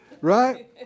right